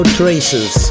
traces